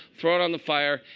throw it on the fire,